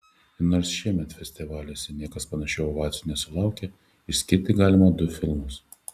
ir nors šiemet festivaliuose niekas panašių ovacijų nesulaukė išskirti galima du filmus